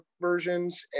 versions